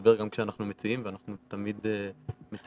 ולדבר גם כשאנחנו מציעים ואנחנו תמיד מציעים.